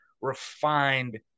refined